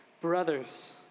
Brothers